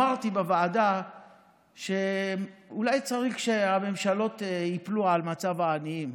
אמרתי בוועדה שאולי צריך שהממשלות ייפלו על מצב העניים,